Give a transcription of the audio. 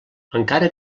encara